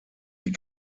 die